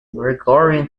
gregorian